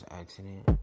accident